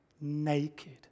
naked